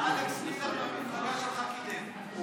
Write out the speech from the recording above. שאלכס מילר מהמפלגה שלך קידם.